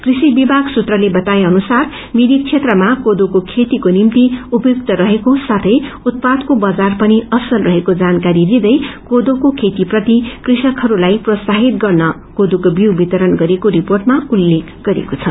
कृषि विभाग सुत्रले बताए अनुसार मिरिक क्षेत्रमा कोरोको खेतीको निभ्ति उपयुक्त रहेको साथै उत्पारको बजार पनि असल रहेको जानकारी दिरै कोरोको खेती प्रति कृषकहरूलाई प्रोत्साहित गर्न कोषोका विउ वितरण गरिएको रिपोटमा उल्लेख गरिएको छ